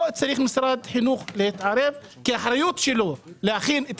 פה צריך משרד החינוך להתערב כי האחריות שלו להכין את